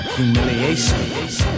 Humiliation